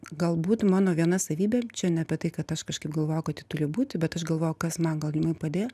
galbūt mano viena savybė čia ne apie tai kad aš kažkaip galvojau kad ji turi būti bet aš galvoju kas man gal nu padėjo